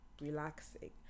relaxing